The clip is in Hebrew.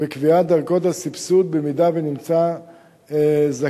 וקביעת דרגות הסבסוד, במידה שהוא נמצא זכאי.